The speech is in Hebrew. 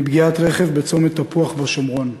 מפגיעת רכב בצומת תפוח בשומרון.